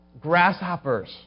grasshoppers